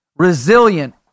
resilient